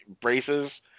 braces